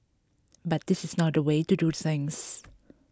but this is not the way to do things